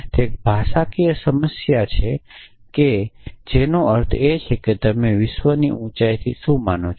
તે એક ભાષાકીય સમસ્યા છે જેનો અર્થ એ છે કે તમે વિશ્વની ઉંચાઈથી શું માનો છો